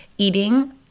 eating